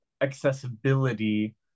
accessibility